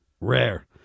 rare